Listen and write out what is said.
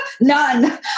none